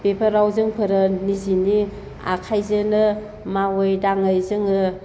बेफोराव जोंफोरो निजेनि आखाइजोनो मावै दाङै जोङो